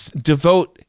devote